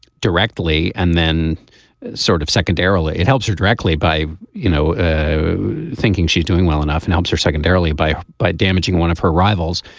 directly and then sort of secondarily it helps her directly by you know thinking she's doing well enough and helps her secondarily by by damaging one of her rivals.